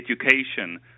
education